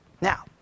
Now